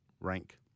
rank